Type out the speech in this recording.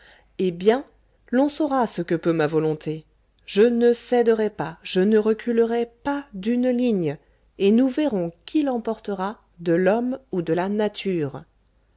eh bien l'on saura ce que peut ma volonté je ne céderai pas je ne reculerai pas d'une ligne et nous verrons qui l'emportera de l'homme ou de la nature